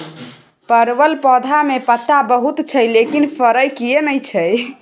परवल पौधा में पत्ता बहुत छै लेकिन फरय किये नय छै?